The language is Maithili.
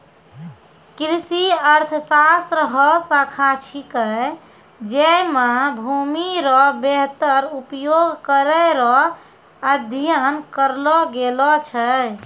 कृषि अर्थशास्त्र हौ शाखा छिकै जैमे भूमि रो वेहतर उपयोग करै रो अध्ययन करलो गेलो छै